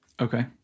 Okay